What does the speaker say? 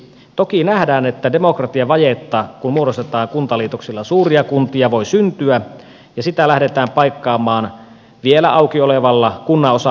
toki nähdään että demokratiavajetta voi syntyä kun muodostetaan kuntaliitoksilla suuria kuntia ja sitä lähdetään paikkaamaan vielä auki olevilla kunnanosahallintoratkaisuilla